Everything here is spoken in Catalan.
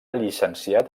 llicenciat